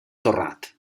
torrat